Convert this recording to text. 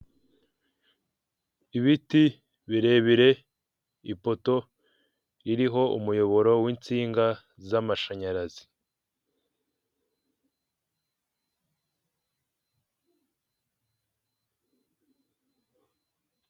Ibiti birebire ipoto ririho umuyoboro w'insinga z'amashanyarazi.